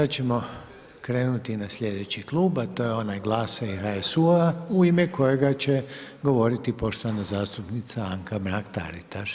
Sad ćemo krenuti na sljedeći klub, a to je onaj GLAS-a i HSU-u u ime kojega će govoriti poštovana zastupnica Anka Mrak-Taritaš.